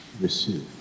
receive